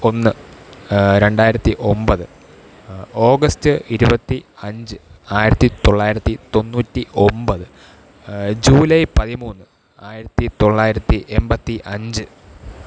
ഒന്ന് രണ്ടായിരത്തി ഒമ്പത് ഓഗസ്റ്റ് ഇരുപത്തി അഞ്ച് ആയിരത്തി തൊള്ളായിരത്തി തൊണ്ണൂറ്റി ഒമ്പത് ജൂലൈ പതിമൂന്ന് ആയിരത്തി തൊള്ളായിരത്തി എൺപത്തി അഞ്ച്